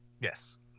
Yes